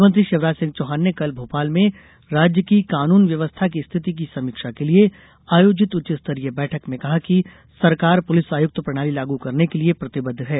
मुख्यमंत्री शिवराज सिंह चौहान ने कल मोपाल में राज्य की कानून व्यवस्था की स्थिति की समीक्षा के लिए आयोजित उच्चस्तरीय बैठक में कहा कि सरकार पुलिस आयुक्त प्रणाली लागू करने के लिए प्रतिबद्ध है